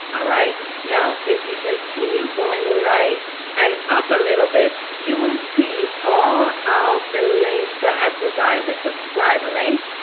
alright now if you continue going right and up a little bit you will see all of the links that i provide the subscribe link,